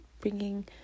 bringing